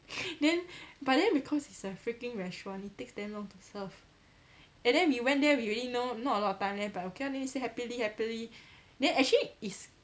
then but then because it's a freaking restaurant it takes damn long to serve and then we went there we already know not a lot of time left but okay lah then we sit happily happily then actually is